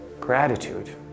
Gratitude